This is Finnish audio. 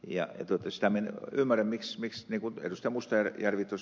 sitä minä en ymmärrä niin kuin ed